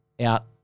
out